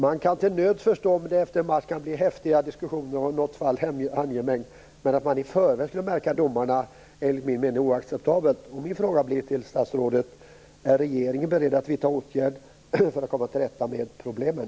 Man kan till nöds förstå om det efter en match kan bli häftiga diskussioner och i något fall handgemäng, men att i förväg hota att märka domarna är enligt min mening oacceptabelt. Min fråga till statsrådet blir då: Är regeringen beredd att vidta åtgärder för att komma till rätta med problemen?